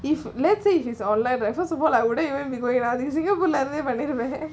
if let's say it's online like first of all I wouldn't even sinagapore lah இருந்தேநான்பண்ணிருப்பேனே: irunthe naan panniruppene